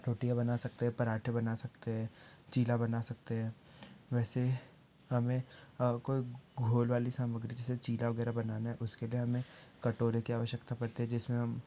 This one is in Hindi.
रोटियाँ बना सकते हैं पराठे बना सकते हैं चीला बना सकते हैं वैसे हमें कोई घोल वाली सामग्री जैसे चीला वगैरह बनाना है उसके लिए हमे कटोरे की आवश्यकता पड़ती है जिसमें हम